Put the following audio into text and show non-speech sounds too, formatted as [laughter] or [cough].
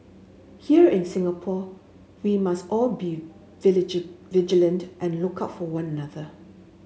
here in Singapore we must all be [unintelligible] vigilant and look out for one another